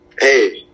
hey